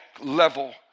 level